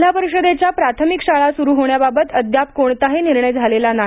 जिल्हा परिषदेच्या प्राथमिक शाळा सुरू होण्याबाबत अद्याप कोणताही निर्णय झालेला नाही